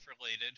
related